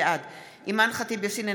בעד אימאן ח'טיב יאסין,